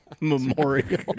Memorial